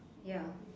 ya